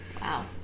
Wow